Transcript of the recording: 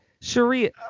Sharia